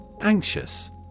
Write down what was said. Anxious